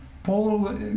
Paul